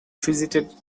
visited